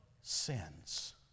sins